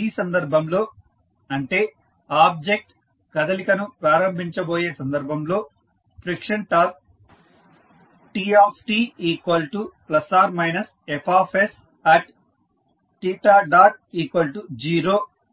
ఈ సందర్భంలో అంటే ఆబ్జెక్ట్ కదలికను ప్రారంభించబోయే సందర్భంలో ఫ్రిక్షన్ టార్క్ Tt±Fs|0